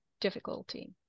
difficulty